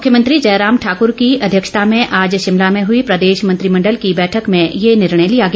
मुख्यमंत्री जयराम ठाकर की अध्यक्षता में आज शिमला में हई प्रदेश मंत्रिमण्डल की बैठक में ये निर्णय लिया गया